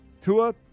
Tua